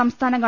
സംസ്ഥാന ഗവ